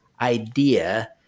idea